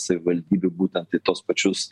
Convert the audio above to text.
savivaldybių būtent į tuos pačius